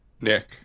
Nick